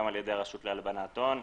גם על ידי הרשות להלבנת הון.